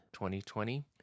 2020